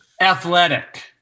Athletic